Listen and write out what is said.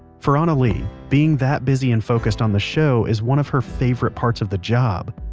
for anna-lee, being that busy and focused on the show is one of her favorite parts of the job.